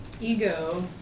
ego